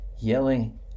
yelling